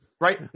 Right